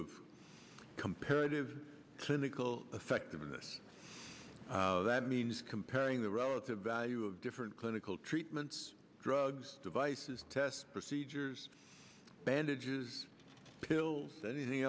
of comparative clinical effectiveness that means comparing the relative value of different clinical treatments drugs devices test procedures bandages pill anything